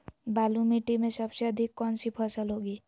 बालू मिट्टी में सबसे अधिक कौन सी फसल होगी?